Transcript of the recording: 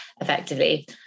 effectively